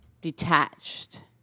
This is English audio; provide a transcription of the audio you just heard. detached